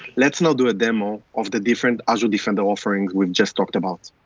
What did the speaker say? let's now do a demo of the different azure defender offerings we've just talked about.